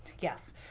Yes